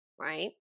Right